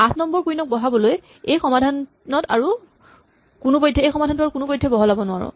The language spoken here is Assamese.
আঠ নম্বৰ কুইন ক বহাবলৈ এই সমাধান আৰু কোনোপধ্যে বহলাব নোৱাৰো